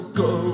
go